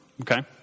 okay